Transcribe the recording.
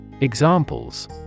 Examples